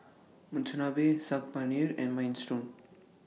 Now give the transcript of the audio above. Monsunabe Saag Paneer and Minestrone